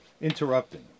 Interrupting